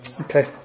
Okay